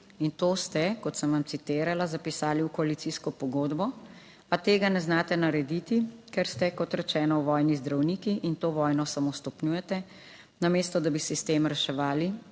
In to ste, kot sem vam citirala, zapisali v koalicijsko pogodbo. Pa tega ne znate narediti, ker ste, kot rečeno, v vojni z zdravniki in to vojno samo stopnjujete. Namesto, da bi sistem reševali,